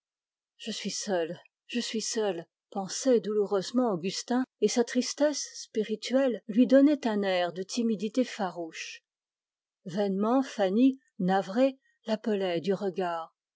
je suis seul je suis seul pensait douloureusement augustin et sa tristesse spirituelle lui donnait un air de timidité farouche vainement fanny navrée l'appelait du regard